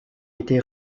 été